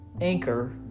Anchor